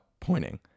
pointing